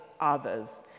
others